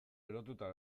erotuta